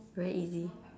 very easy